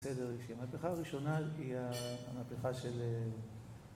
המהפכה הראשונה היא המהפכה של